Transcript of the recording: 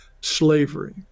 slavery